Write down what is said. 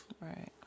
Right